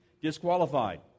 disqualified